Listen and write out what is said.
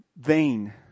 vain